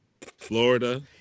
Florida